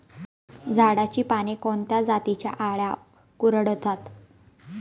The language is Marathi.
झाडाची पाने कोणत्या जातीच्या अळ्या कुरडतात?